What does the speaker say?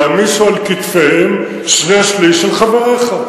יעמיסו על כתפיהם שני-שלישים של חבריך.